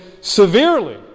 severely